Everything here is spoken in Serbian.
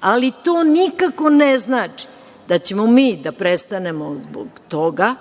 ali to nikako ne znači da ćemo mi da prestanemo zbog toga